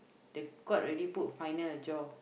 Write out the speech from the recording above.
the court already put final a jaw